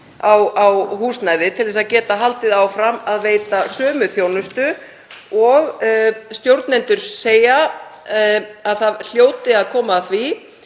á húsnæði, til að það geti haldið áfram að veita sömu þjónustu. Stjórnendur segja að það hljóti að koma að því,